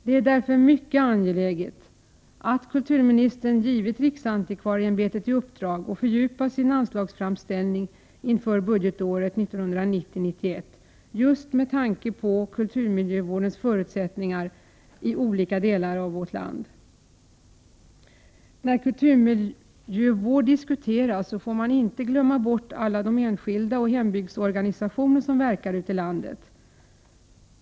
Därför är det mycket bra att kulturministern har givit riksantikvarieämbetet i uppdrag att fördjupa sin anslagsframställning inför budgetåret 1990/91, just med tanke på kulturmiljövårdens förutsättningar i olika delar av vårt land. När kulturmiljövård diskuteras får man inte glömma bort alla enskilda och hembygdsorganisationer som verkar ute i landet.